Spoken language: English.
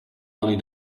money